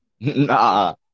nah